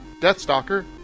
Deathstalker